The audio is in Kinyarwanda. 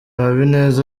habineza